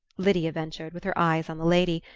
lydia ventured, with her eyes on the lady,